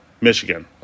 Michigan